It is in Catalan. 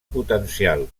potencial